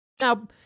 Now